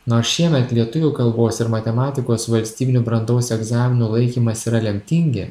nors šiemet lietuvių kalbos ir matematikos valstybinių brandos egzaminų laikymas yra lemtingi